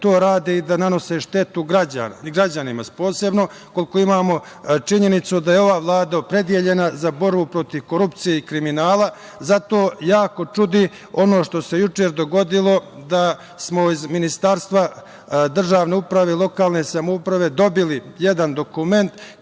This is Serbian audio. to rade i da nanose štetu građanima. Posebno ukoliko imamo činjenicu da je ova Vlada opredeljena za borbu protiv korupcije i kriminala, zato jako čudi ono što se juče dogodilo da smo iz Ministarstva državne uprave i lokalne samouprave dobili jedan dokument